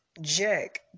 Jack